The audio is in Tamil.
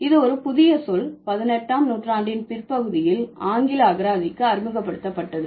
இது ஒரு புதிய சொல் 18 ஆம் நூற்றாண்டின் பிற்பகுதியில் ஆங்கில அகராதிக்கு அறிமுகப்படுத்தப்பட்டது